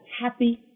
happy